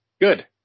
good